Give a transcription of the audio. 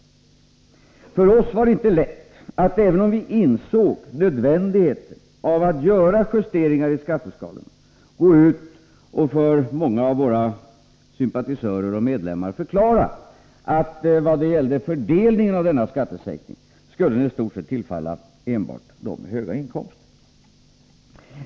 För oss var det inte lätt att, även om vi insåg nödvändigheten av att göra en justering av skatteskalorna, gå ut och för många av våra sympatisörer och medlemmar förklara att denna skattesänkning i stort sett skulle tillfalla enbart dem med höga inkomster.